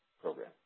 program